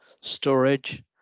storage